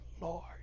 Lord